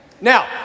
Now